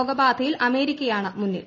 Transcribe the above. രോഗബാധയിൽ അമേരിക്കയാണ് മുന്നിൽ